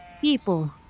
people